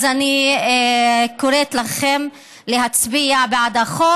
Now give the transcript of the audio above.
אז אני קוראת לכם להצביע בעד החוק.